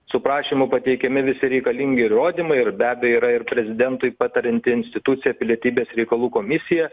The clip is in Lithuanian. su prašymu pateikiami visi reikalingi įrodymai ir be abejo yra ir prezidentui patarianti institucija pilietybės reikalų komisija